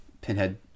Pinhead